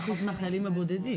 10% מהחיילים הבודדים.